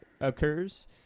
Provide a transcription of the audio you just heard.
Occurs